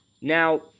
Now